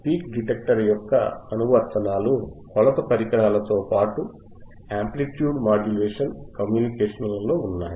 peak detector యొక్క అనువర్తనాలు కొలత పరికరాలతో పాటు యాంప్లిట్యూడ్ మాడ్యులేషన్ కమ్యూనికేషన్లలో ఉన్నాయి